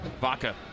Vaca